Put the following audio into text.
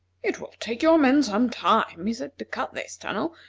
it will take your men some time, he said, to cut this tunnel,